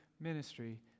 ministry